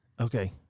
Okay